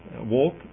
walk